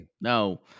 no